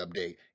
update